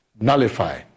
nullify